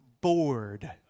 bored